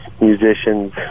musicians